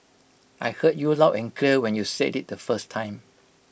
I heard you loud and clear when you said IT the first time